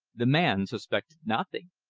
the man suspected nothing.